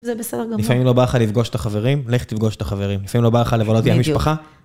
זה בסדר גמור. לפעמים לא בא לך לפגוש את החברים, לך תפגוש את החברים. לפעמים לא בא לך לבלות עם המשפחה